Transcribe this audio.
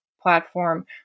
platform